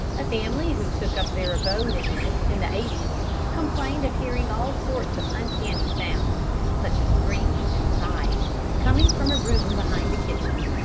a family who took up their abode in it in the eighties complained of hearing all sorts of uncanny sounds such as screams and sighs coming from a room behind the kitchen.